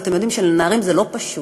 ואתם יודעים שלנערים זה לא פשוט,